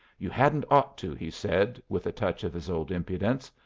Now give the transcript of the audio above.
you hadn't ought to, he said, with a touch of his old impudence,